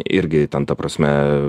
irgi ten ta prasme